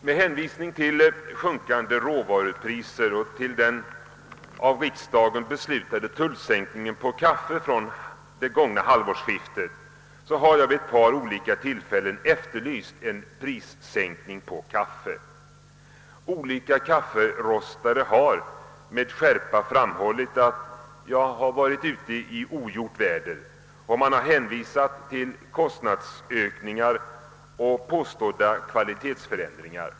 Med hänvisning till sjunkande råvarupriser och till den av riksdagen be slutade tullsänkningen på kaffe från och med halvårsskiftet i år har jag vid ett par tillfällen efterlyst en prissänkning på kaffe. Olika kafferostare har med skärpa framhållit, att jag varit ute i ogjort väder. Man har hänvisat till kostnadsökningar och påstådda kvalitetsförändringar.